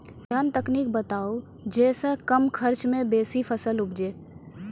ऐहन तकनीक बताऊ जै सऽ कम खर्च मे बेसी फसल उपजे?